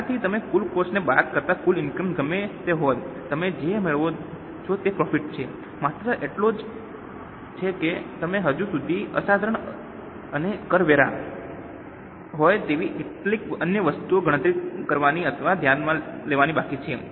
તેમાંથી તમે કુલ કોસ્ટ ને બાદ કરતા કુલ ઇનકમ ગમે તે હોય તમે જે મેળવો છો તે પ્રોફિટ છે માત્ર એટલો જ છે કે તમે હજુ સુધી અસાધારણ અસાધારણ અને કરવેરા હોય તેવી કેટલીક અન્ય વસ્તુઓની ગણતરી કરવાની અથવા ધ્યાનમાં લેવાની બાકી છે